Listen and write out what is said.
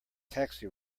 taxi